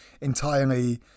entirely